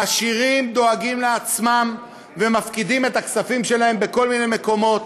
העשירים דואגים לעצמם ומפקידים את הכספים שלהם בכל מיני מקומות,